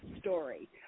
story